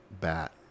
bat